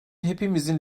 hepimizin